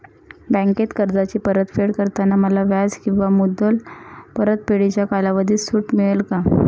बँकेत कर्जाची परतफेड करताना मला व्याज किंवा मुद्दल परतफेडीच्या कालावधीत सूट मिळेल का?